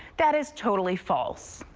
that is totally false.